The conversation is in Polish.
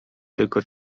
tylko